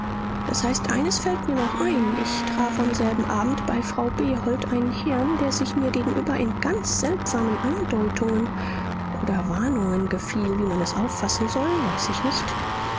das heißt eines fällt mir noch ein ich traf am selben abend bei frau behold einen herrn der sich mir gegenüber in ganz seltsamen andeutungen oder warnungen gefiel wie man es auffassen soll weiß ich nicht